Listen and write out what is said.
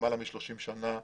למעלה מ-30 שנים,